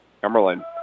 Cumberland